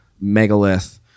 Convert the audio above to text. megalith